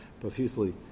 profusely